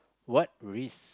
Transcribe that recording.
what risk